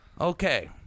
Okay